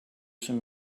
some